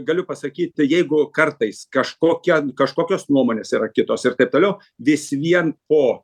galiu pasakyti jeigu kartais kažkokia kažkokios nuomonės yra kitos ir taip toliau vis vien po